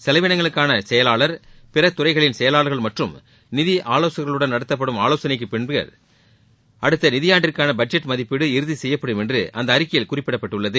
செலவினங்களுக்கான செயலாளர் பிற துறைகளின் செயலாளர்கள் மற்றும் நிதி ஆலோசகர்களுடன் நடத்தப்படும் ஆலோசனைகளுக்கு பின்னர் அடுத்த நிதியாண்டிற்கான பட்ஜெட் மதிப்பீடு இறுதி செய்யப்படும் என்று அந்த அறிக்கையில் குறிப்பிடப்பட்டுள்ளது